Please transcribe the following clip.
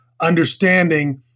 understanding